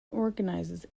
organises